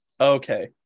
Okay